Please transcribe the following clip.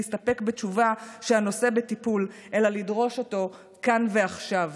להסתפק בתשובה "הנושא בטיפול" אלא לדרוש אותו כאן ועכשיו.